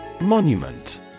Monument